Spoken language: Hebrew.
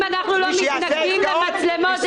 אנחנו לא מתנגדים למצלמות,